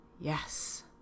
yes